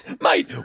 Mate